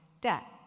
debt